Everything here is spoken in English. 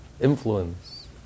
influence